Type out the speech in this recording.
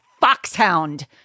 Foxhound